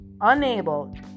unable